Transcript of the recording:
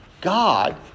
God